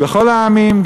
בכל העמים,